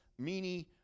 meanie